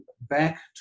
back